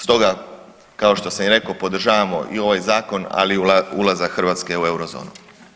Stoga kao što sam i rekao podržavamo i ovaj zakon, ali i ulazak Hrvatske u eurozonu.